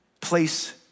place